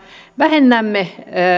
vähennämme